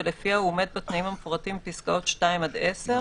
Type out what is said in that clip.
ולפיה הוא עומד בתנאים המפורטים בפסקאות (2) עד (10),